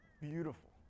beautiful